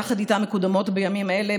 יחד איתה מקודמות בימים אלו,